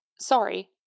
sorry